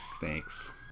Thanks